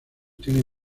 tienen